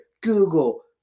Google